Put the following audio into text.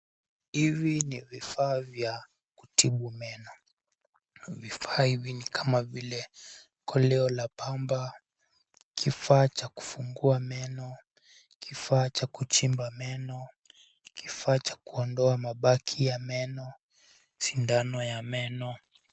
Hivi ni vifaa vya kutibu meno; vifaa hivi ni kama vile: koleo la pamba, kifaa cha kufungua meno, kifaa cha kuchimba meno, kifaa cha kuondoa mabaki ya meno, sindano ya meno.